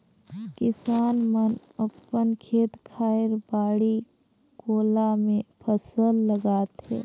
किसान मन अपन खेत खायर, बाड़ी कोला मे फसल लगाथे